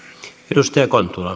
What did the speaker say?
arvoisa